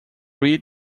read